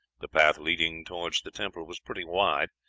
the path leading towards the temple was pretty wide,